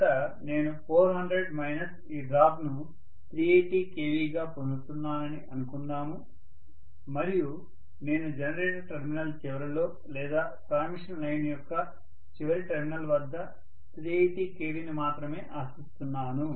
మొదట నేను 400 మైనస్ ఈ డ్రాప్ ను 380 KV గా పొందుతున్నానని అనుకుందాము మరియు నేను జనరేటర్ టెర్మినల్ చివరిలో లేదా ట్రాన్స్మిషన్ లైన్ యొక్క చివరి టెర్మినల్ వద్ద 380 kV ని మాత్రమే ఆశిస్తున్నాను